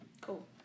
Cool